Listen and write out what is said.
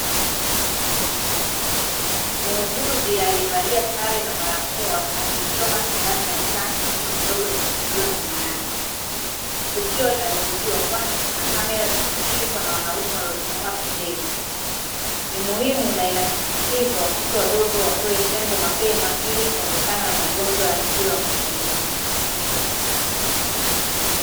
Muuguzi aliyevalia sare na barakoa, akimchoma sindano ya chanjo mtoto mdogo aliyeshikiliwa na mama yake. Tukio linarekodiwa kwani, kuna kamera zilizoshikwa na wanaume waliosimama pembeni. Ni muhimu na inasisitizwa, watoto wadogo wapewe chanjo mapema ili, kuondokana na magonjwa yasiyoambukiza.